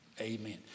Amen